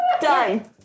Done